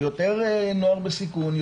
יותר נוער בסיכון,